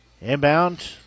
Inbound